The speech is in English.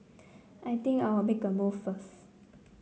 I think I'll make a move first